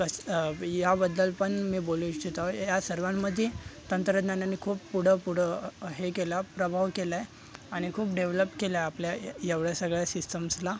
कस अ ह्याबद्दल पण मी बोलू इच्छितो या सर्वांमध्ये तंत्रज्ञानाने खूप पुढं पुढं अ हे केलं प्रभाव केला आहे आणि खूप डेव्हलप केलं आहे आपल्या ए एवढ्या सगळ्या सिस्टम्सला